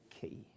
key